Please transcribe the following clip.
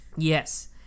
Yes